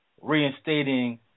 reinstating